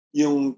yung